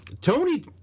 Tony